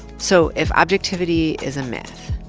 so if objectivity is a myth,